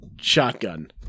shotgun